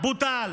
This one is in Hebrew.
בוטל,